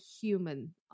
human